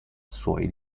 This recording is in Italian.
suoi